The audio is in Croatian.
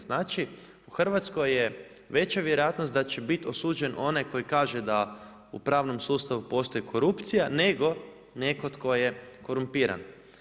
Znači u Hrvatskoj je veća vjerojatnost da će biti osuđen onaj koji kaže da u pravnom sustavu postoji korupcija, nego netko tko je korumpiran.